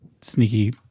sneaky